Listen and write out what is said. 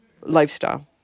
lifestyle